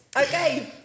Okay